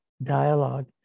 dialogue